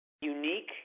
unique